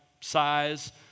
size